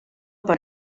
per